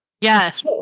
Yes